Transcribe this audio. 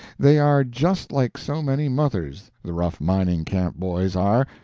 they are just like so many mothers, the rough mining-camp boys are,